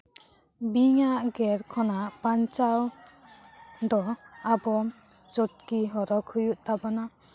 ᱵᱤᱧᱟᱜ ᱜᱮᱨ ᱠᱷᱚᱱᱟᱜ ᱵᱟᱧᱪᱟᱣ ᱫᱚ ᱟᱵᱚ ᱪᱟᱴᱠᱤ ᱦᱚᱨᱚᱜ ᱦᱩᱭᱩᱜ ᱛᱟᱵᱚᱱᱟ